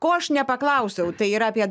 ko aš nepaklausiau tai yra apie